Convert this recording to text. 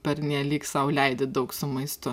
pernelyg sau leidi daug su maistu